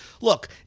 Look